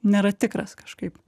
nėra tikras kažkaip